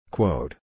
Quote